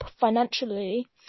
financially